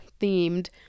themed